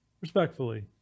Respectfully